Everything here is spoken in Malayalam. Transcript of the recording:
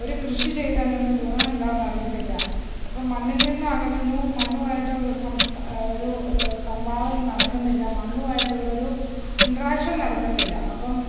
ഒരു കൃഷി ചെയ്താൽ എന്ത് ഗുണം എന്താണ് എന്നറിയത്തില്ല അപ്പം മണ്ണിൽ നിന്ന് അങ്ങനെ ഒന്നും മണ്ണുമായിട്ട് സംസ്കാരം ഒരു സംവാദം നടക്കുന്നില്ല മണ്ണുമായിട്ടുള്ള ഒരു ഇൻട്രാക്ഷൻ നടക്കുന്നില്ല അപ്പം